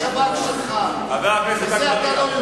את השב"כ שלך, בזה אתה לא,